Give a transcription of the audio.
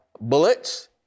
bullets